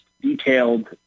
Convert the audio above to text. detailed